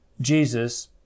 Jesus